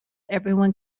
everyone